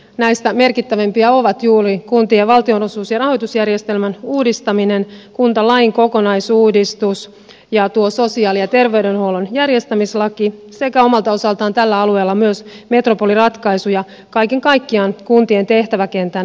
näistä merkittävimpiä ovat juuri kuntien valtionosuus ja rahoitusjärjestelmän uudistaminen kuntalain kokonaisuudistus ja tuo sosiaali ja terveydenhuollon järjestämislaki sekä omalta osaltaan tällä alueella on myös metropoliratkaisuja kaiken kaikkiaan kuntien tehtäväkentän arviointi